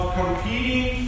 competing